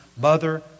mother